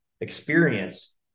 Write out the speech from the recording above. experience